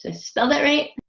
ah spell that right